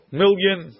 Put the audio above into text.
million